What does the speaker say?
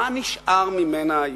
מה נשאר ממנה היום?